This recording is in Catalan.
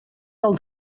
del